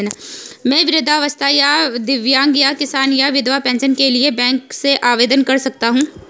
मैं वृद्धावस्था या दिव्यांग या किसान या विधवा पेंशन के लिए बैंक से आवेदन कर सकता हूँ?